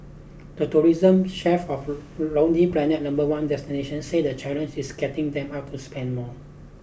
the tourism chief of Lonely Planet number one destination say the challenge is getting them out to spend more